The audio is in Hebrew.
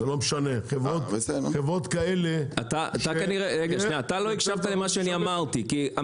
אתה לא הקשבת למה שאני אמרתי,